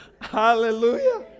Hallelujah